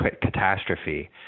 catastrophe